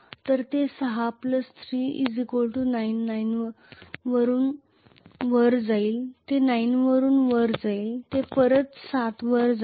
तर ते 6 3 9 वरून 9 वर जाईल ते 9 वरून 9 वर जाईल ते परत 7 वर जाईल